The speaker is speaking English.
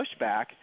pushback